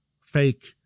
fake